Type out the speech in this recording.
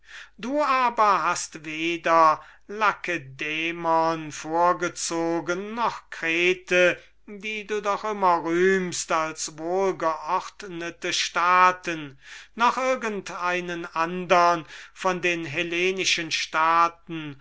du aber hast weder lakedaimon vorgezogen noch kreta die du doch immer rühmst als wohlgeordnete staaten noch irgend einen andern von den hellenischen staaten